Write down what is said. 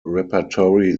repertory